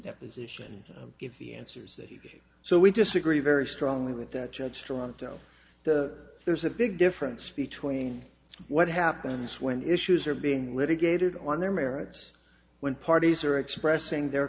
deposition if he answers that he did so we disagree very strongly with that judge toronto the there's a big difference between what happens when issues are being litigated on their merits when parties are expressing their